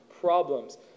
problems